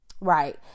Right